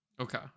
Okay